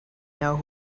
know